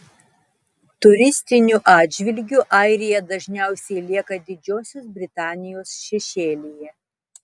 turistiniu atžvilgiu airija dažniausiai lieka didžiosios britanijos šešėlyje